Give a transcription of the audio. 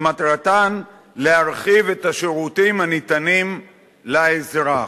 שמטרתן להרחיב את השירותים הניתנים לאזרח: